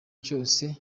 cyose